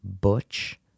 butch